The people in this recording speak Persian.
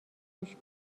گوش